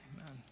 Amen